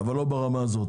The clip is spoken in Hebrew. אבל אתה אומר שלא ברמה הזאת.